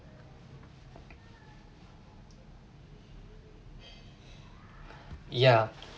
ya